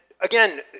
again